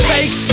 Fake